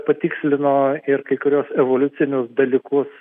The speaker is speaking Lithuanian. patikslino ir kai kuriuos evoliucinius dalykus